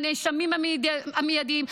הנאשמים המיידיים,